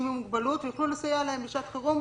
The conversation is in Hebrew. עם מוגבלות ויוכלו לסייע להם בשעת חירום,